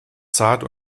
zart